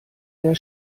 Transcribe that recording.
der